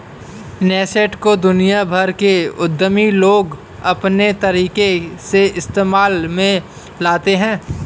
nascent को दुनिया भर के उद्यमी लोग अपने तरीके से इस्तेमाल में लाते हैं